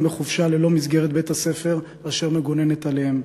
בחופשה ללא מסגרת בית-הספר אשר מגוננת עליהם.